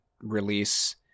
release